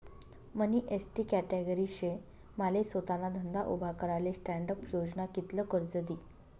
मनी ST category शे माले सोताना धंदा उभा कराले स्टॅण्डअप योजना कित्ल कर्ज दी?